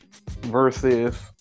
Versus